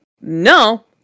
no